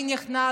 מי נכנס,